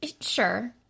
sure